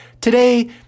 Today